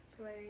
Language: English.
play